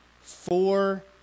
four